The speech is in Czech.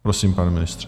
Prosím, pane ministře.